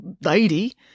lady